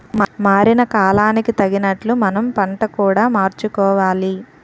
మారిన కాలానికి తగినట్లు మనం పంట కూడా మార్చుకోవాలి